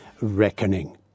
Reckoning